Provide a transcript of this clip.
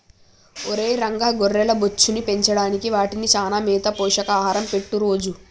ఒరై రంగ గొర్రెల బొచ్చును పెంచడానికి వాటికి చానా మేత పోషక ఆహారం పెట్టు రోజూ